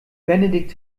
benedikt